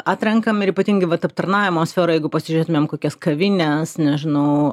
atrenkam ir ypatingai vat aptarnavimo sferą jeigu pasižiūrėtumėm kokias kavines nežinau